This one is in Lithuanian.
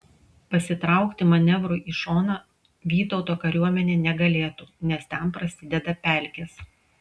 pasitraukti manevrui į šoną vytauto kariuomenė negalėtų nes ten prasideda pelkės